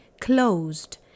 closed